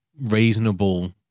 reasonable